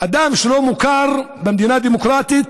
אדם שלא מוכר במדינה דמוקרטית,